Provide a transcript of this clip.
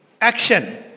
action